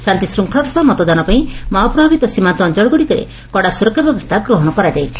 ଶାନ୍ତିଶୃଙ୍ଙଳାର ସହ ମତଦାନ ପାଇଁ ମାଓ ପ୍ରଭାବିତ ସୀମାନ୍ତ ଅଅଳଗୁଡ଼ିକରେ କଡ଼ା ସୁରକ୍ଷା ବ୍ୟବସ୍କା ଗ୍ରହଶ କରାଯାଇଛି